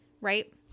right